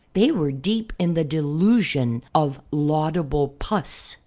they were deep in the delusion of laudable pus.